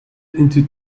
into